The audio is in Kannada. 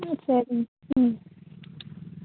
ಹಾಂ ಸರಿ ಹ್ಞೂ